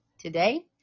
Today